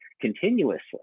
continuously